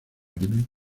début